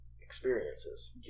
experiences